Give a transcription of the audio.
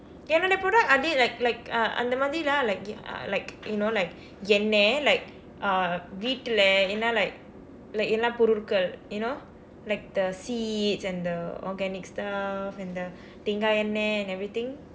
என்னோட:ennooda product அதே:athee like like uh அந்த மாதிரி:andtha maathiri lah like like you know like எண்ணெய்:ennaey like uh வீட்டில என்ன:viitdila enna like like எல்லா பொருட்கள்:ellaa porutkal you know like the seeds and the organic stuff and the தேங்காய் எண்ணெய்:thaengaai ennai and everything